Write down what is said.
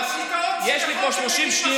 שמחות שבאים הסטודנטים, אבל יש לי פה 30 שניות.